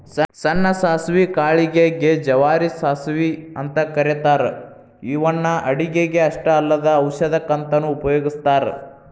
ಸಣ್ಣ ಸಾಸವಿ ಕಾಳಿಗೆ ಗೆ ಜವಾರಿ ಸಾಸವಿ ಅಂತ ಕರೇತಾರ ಇವನ್ನ ಅಡುಗಿಗೆ ಅಷ್ಟ ಅಲ್ಲದ ಔಷಧಕ್ಕಂತನು ಉಪಯೋಗಸ್ತಾರ